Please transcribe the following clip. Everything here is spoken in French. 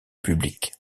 publique